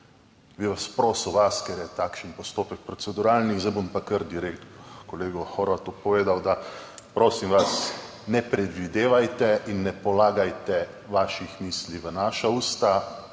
bi vas prosil, vas, ker je takšen proceduralni postopek, zdaj bom pa kar direktno kolegu Horvatu povedal. Prosim vas, ne predvidevajte in ne polagajte svojih misli v naša usta.